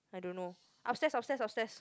I don't know upstairs upstairs upstairs